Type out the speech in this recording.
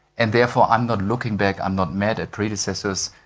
and therefore, i'm not looking back. i'm not mad at predecessors.